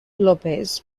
lopez